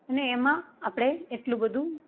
અને એમાં આપણે એટલું બધું